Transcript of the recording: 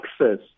access